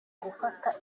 gufata